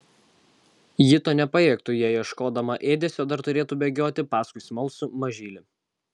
ji to nepajėgtų jei ieškodama ėdesio dar turėtų bėgioti paskui smalsų mažylį